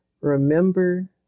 remember